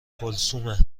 کلثومه